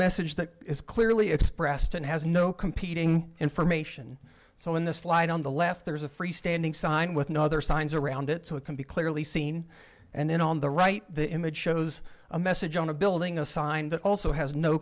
message that is clearly expressed and has no competing information so in this slide on the left there is a free standing sign with no other signs around it so it can be clearly seen and then on the right the image shows a message on a building a sign that also has no